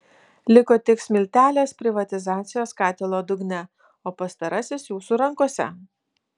liko tik smiltelės privatizacijos katilo dugne o pastarasis jūsų rankose